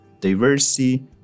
diversity